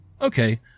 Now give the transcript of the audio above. okay